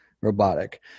robotic